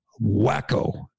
wacko